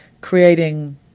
creating